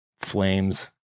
flames